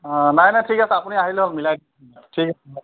অঁ নাই নাই ঠিক আছে আপুনি আহিলে হ'ল মিলাই দিম ঠিক আছে